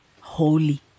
holy